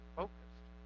focused